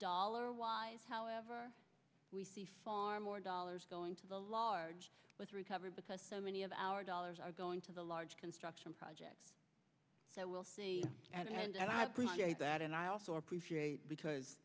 dollar wise however we see far more dollars going to the large recovery because so many of our dollars are going to the large construction projects that we'll see and i appreciate that and i also appreciate because